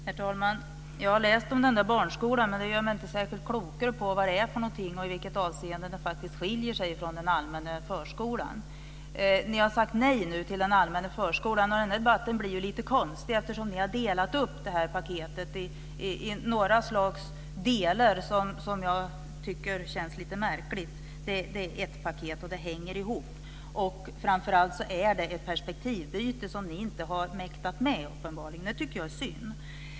Herr talman! Jag har läst om barnskolan. Det gör mig faktiskt inte särskilt klokare om vad det är för någonting och i vilket avseende den skiljer sig från den allmänna förskolan. Ni har nu sagt nej till den allmänna förskolan. Den här debatten blir lite konstig, eftersom ni har delat upp paketet i delar. Det som känns lite märkligt. Det är ett paket och hänger ihop. Framför allt är det ett perspektivbyte som ni uppenbarligen inte har mäktat med. Det tycker jag är synd.